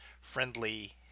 friendly